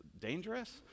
dangerous